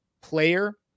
player